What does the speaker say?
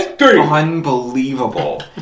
unbelievable